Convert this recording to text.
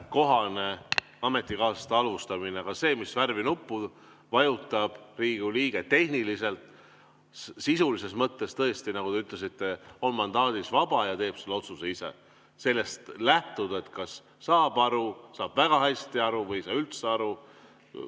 kohane ametikaaslaste halvustamine. Aga see, mis värvi nuppu vajutab Riigikogu liige tehniliselt – sisulises mõttes tõesti, nagu te ütlesite, ta on oma mandaadis vaba ja teeb selle otsuse ise. Sellest lähtudes [öelda], kas ta saab aru, saab väga hästi aru või ei saa üldse aru